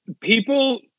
People